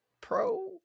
Pro